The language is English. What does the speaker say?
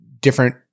different